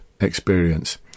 experience